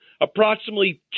approximately